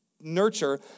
nurture